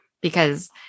because-